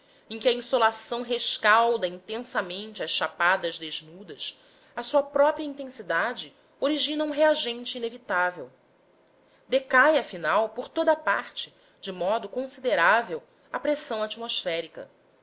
em que a insolação rescalda intensamente as chapadas desnudas a sua própria intensidade origina um reagente inevitável decai afinal por toda a parte de modo considerável a pressão atmosférica